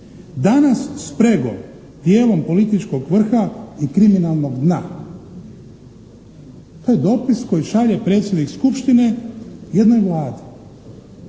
danas spregom dijelom političkog vrha i kriminalnog dna". To je dopis koji šalje predsjednik skupštine jednoj Vladi.